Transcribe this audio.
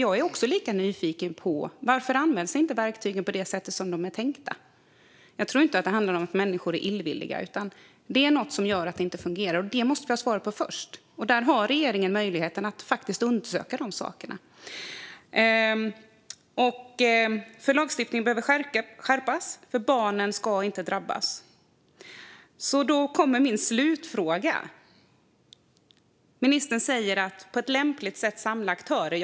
Jag är också nyfiken på varför verktygen inte används på det sätt som det är tänkt. Jag tror inte att det handlar om att människor är illvilliga. Men det är något som gör att det inte fungerar, och det måste vi ha svaret på först. Regeringen har möjlighet att undersöka de sakerna. Lagstiftningen behöver skärpas, för barnen ska inte drabbas. Jag har en slutfråga. Ministern talar om att på ett lämpligt sätt samla aktörer.